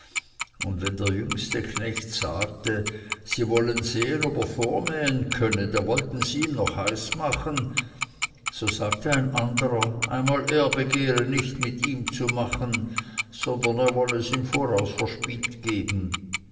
und wenn der jüngste knecht sagte sie wollen sehen ob er vormähen könne da wollten sie ihm noch heiß machen so sagte ein anderer einmal er begehre nicht mit ihm zu machen sondern er wolle es im voraus verspielt geben